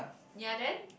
ya then